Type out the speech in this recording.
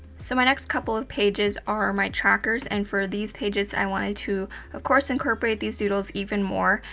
so my next couple of pages are my trackers, and for these pages i wanted to of course incorporate these doodles even more,